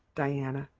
diana,